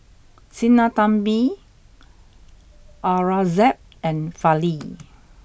Sinnathamby Aurangzeb and Fali